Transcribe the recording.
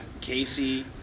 Casey